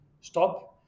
stop